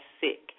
sick